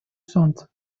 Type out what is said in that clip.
солнца